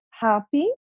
happy